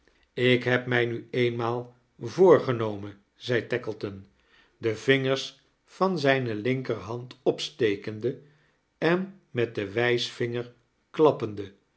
ik heb mij nu eenmaal voorgenomea zei tackleton de vingers van zijne linker-hand opstekeride en met den wijsvinger klappende